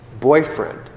boyfriend